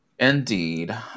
Indeed